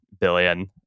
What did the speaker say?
billion